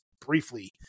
briefly